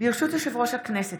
ברשות יושב-ראש הכנסת,